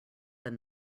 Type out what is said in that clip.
then